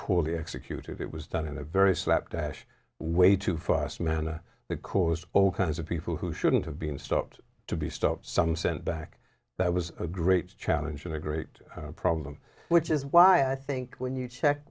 poorly executed it was done in a very slapdash way too fast manner that cause all kinds of people who shouldn't have been stopped to be stopped some sent back that was a great challenge and a great problem which is why i think when you check